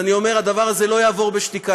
אז אני אומר: הדבר הזה לא יעבור בשתיקה.